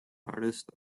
artist